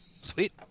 Sweet